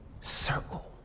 circle